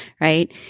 right